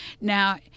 Now